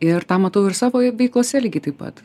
ir tą matau ir savo veiklose lygiai taip pat